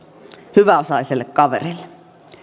hyväosaiselle kaverille